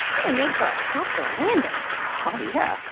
probably made for a softer landing oh, yeah.